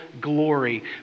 glory